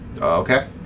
Okay